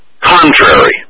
contrary